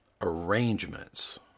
arrangements